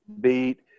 beat